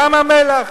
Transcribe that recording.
ים-המלח,